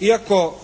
Iako